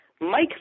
Mike